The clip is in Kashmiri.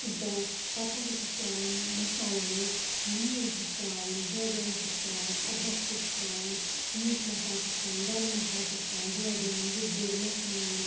تہٕ پَتہٕ ہَسا چھِس ترٛاوان مَصالو مَنٛز نوٗن چھِس ترٛاوان بٲدیان چھِس ترٛاوان أدرَکھ چھِس ترٛاوان میٖٹھ مصالہٕ چھِس ترٛاوان گرٕم مَصالہٕ چھِس ترٛاوان بٲدیان لدٕر مَرژٕوانٛگن